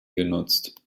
genutzt